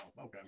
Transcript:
Okay